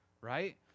right